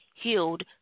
healed